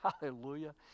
Hallelujah